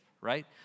right